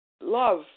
love